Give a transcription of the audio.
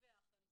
דיווח על זה.